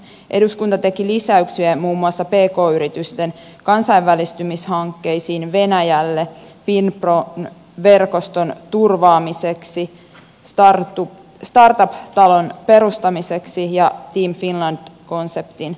eduskunta teki lisäyksiä muun muassa pk yritysten kansainvälistymishankkeisiin venäjälle finpron verkoston turvaamiseksi startup talon perustamiseksi ja team finland konseptin jalkauttamiseksi